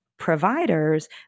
providers